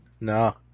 no